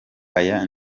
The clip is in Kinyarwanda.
aya